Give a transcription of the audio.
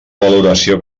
valoració